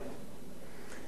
אני שמעתי כאן,